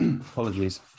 apologies